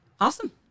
Awesome